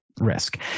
risk